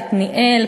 עתניאל,